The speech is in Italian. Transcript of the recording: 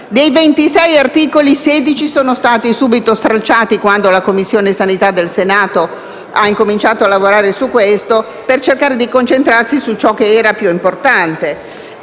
Dei 26 articoli iniziali, 16 sono stati subito stralciati quando la Commissione sanità del Senato ha cominciato a lavorare sul testo, per cercare di concentrarsi su ciò che era più importante.